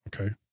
okay